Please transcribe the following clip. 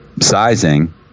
sizing